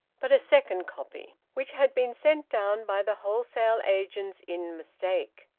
but a second copy which had been sent down by the wholesale agents in mistake,